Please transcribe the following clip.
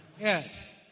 Yes